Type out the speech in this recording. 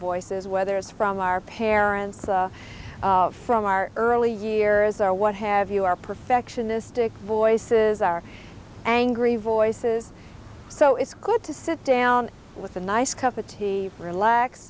voices whether it's from our parents from our early years or what have you are perfectionistic voices are angry voices so it's good to sit down with a nice cup of tea relax